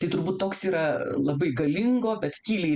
tai turbūt toks yra labai galingo bet tyliai